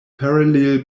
parallel